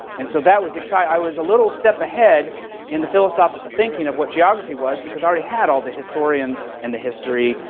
and so that was exciting. i was a little step ahead in the philosophical thinking of what geography was, because i already had all the historians and the history,